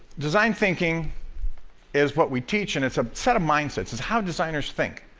design thinking is what we teach and it's a set of mindsets, it's how designers think.